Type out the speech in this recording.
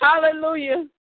Hallelujah